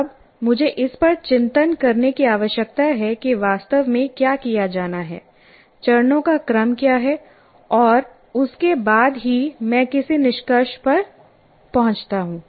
अब मुझे इस पर चिंतन करने की आवश्यकता है कि वास्तव में क्या किया जाना है चरणों का क्रम क्या है और उसके बाद ही मैं किसी निष्कर्ष पर पहुँचता हूँ